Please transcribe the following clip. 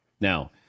Now